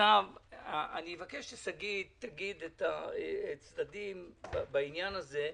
אני אבקש ששגית תגיד את הצדדים בעניין הזה.